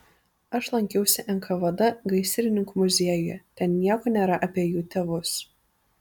aš lankiausi nkvd gaisrininkų muziejuje ten nieko nėra apie jų tėvus